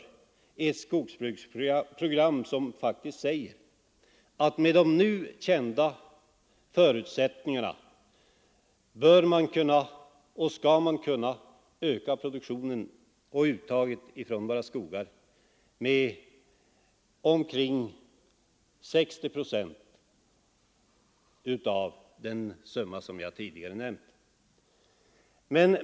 Det är ett skogsbruksprogram som säger att med de nu kända förutsättningarna bör produktionen och uttaget från våra skogar kunna ökas med omkring 60 procent av den summa som jag tidigare nämnt.